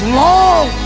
long